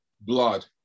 blood